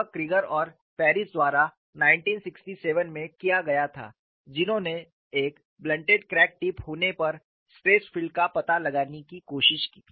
यह क्रीगर और पेरिस द्वारा 1967 में किया गया था जिन्होंने एक ब्लन्टेड क्रैक टिप होने पर स्ट्रेस फील्ड का पता लगाने की कोशिश की